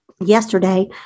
yesterday